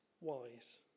wise